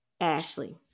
Ashley